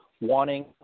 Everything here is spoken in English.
wanting